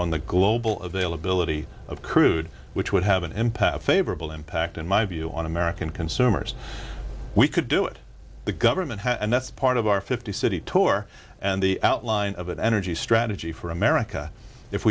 on the global availability of crude which would have an impact favorable impact in my view on american consumers we could do it the government and that's part of our fifty city tour and the outline of an energy strategy for america if